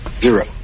Zero